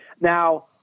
Now